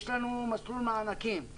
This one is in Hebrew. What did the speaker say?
יש לנו מסלול מענקים.